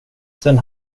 sen